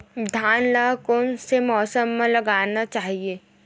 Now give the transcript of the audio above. धान ल कोन से मौसम म लगाना चहिए?